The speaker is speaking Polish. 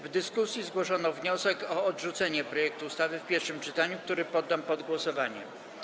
W dyskusji zgłoszono wniosek o odrzucenie projektu ustawy w pierwszym czytaniu, który poddam pod głosowanie.